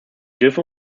dürfen